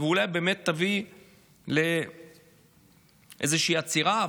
ואולי באמת תביא לאיזושהי עצירה.